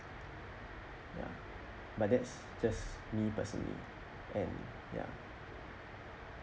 ya but that's just me personally and ya